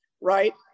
right